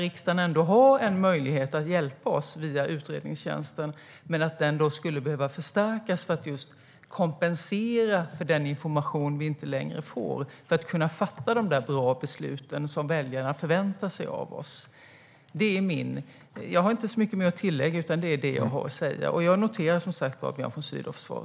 Riksdagen har ju en möjlighet att hjälpa oss via utredningstjänsten, men den skulle behöva förstärkas för att kompensera för den information vi inte längre får så att vi kan fatta de där bra besluten som väljarna förväntar sig av oss. Jag har inte så mycket mer att tillägga, utan det är det jag har att säga. Jag noterar som sagt Björn von Sydows svar.